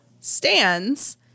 stands